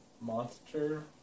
monster